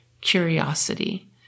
curiosity